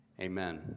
Amen